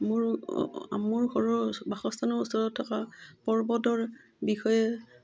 মোৰ মোৰ ঘৰৰ বাসস্থানৰ ওচৰত থকা পৰ্বতৰ বিষয়ে